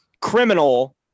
criminal –